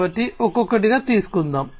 కాబట్టి ఒక్కొక్కటిగా తీసుకుందాం